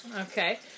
Okay